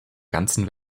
ganzen